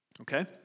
Okay